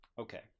Okay